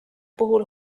puhul